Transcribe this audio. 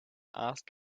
ask